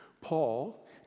Paul